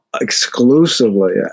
exclusively